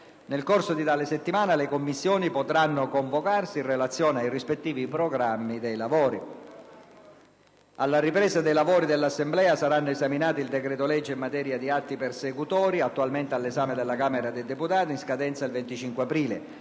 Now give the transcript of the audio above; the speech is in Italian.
Nel corso di tale settimana le Commissioni potranno convocarsi in relazione ai rispettivi programmi dei lavori. Alla ripresa dei lavori dell'Assemblea saranno esaminati il decreto-legge in materia di atti persecutori - attualmente all'esame della Camera dei deputati, in scadenza il 25 aprile